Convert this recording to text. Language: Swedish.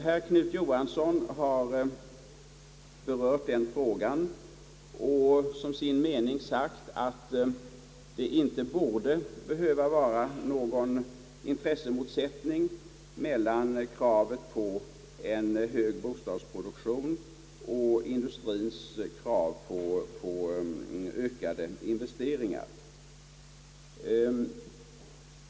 Herr Knut Johansson har berört den frågan och som sin mening uttalat att det inte borde behöva vara någon intressemotsättning mellan kravet på en hög bostadsproduktion och industriens krav på ökat investeringsutrymme.